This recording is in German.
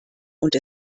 und